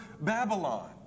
Babylon